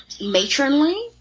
matronly